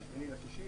ב-8.6,